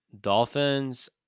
Dolphins